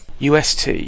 UST